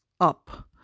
up